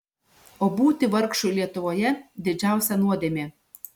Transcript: o būti vargšui lietuvoje didžiausia nuodėmė